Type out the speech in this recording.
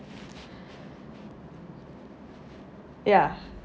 ya